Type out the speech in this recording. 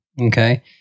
Okay